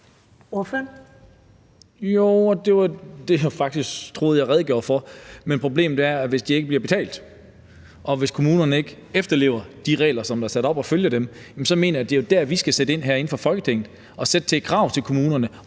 det var det, jeg faktisk troede jeg redegjorde for. Men problemet er, hvis de ikke bliver betalt, og hvis kommunerne ikke efterlever de regler, som der er sat op, og ikke følger dem. Så mener jeg, det jo er der, vi skal sætte ind herinde fra Folketinget og stille krav til kommunerne